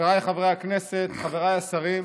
חבריי חברי הכנסת, חבריי השרים,